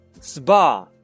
Spa